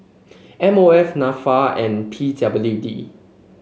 M O F NAFA and P W D